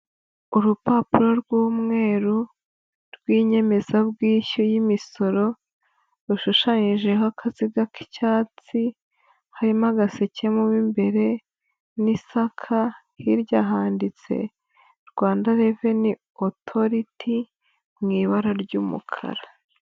Urupapuro rw'umweru rw'inyemezabwishyu y'imisoro, rushushanyijeho akaziga k'icyatsi, harimo agaseke mo mu imbere n'isaka hirya handitse Rwanda reveni otoriti mu ibara ry'umukara.